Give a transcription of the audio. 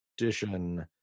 Edition